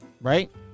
Right